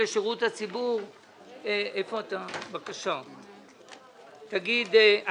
בסעיף 5(י) (1)בפסקה (1),